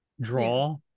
draw